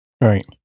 Right